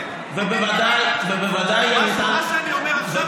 מה שאני אומר עכשיו,